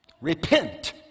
Repent